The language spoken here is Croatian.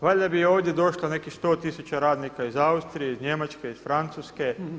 Valjda bi ovdje došlo 100 tisuća radnika iz Austrije, iz Njemačke, iz Francuske.